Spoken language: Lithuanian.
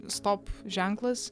stop ženklas